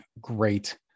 great